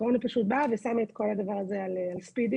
הקורונה פשוט באה ושמה את כל הדבר הזה על ספידים,